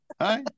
hi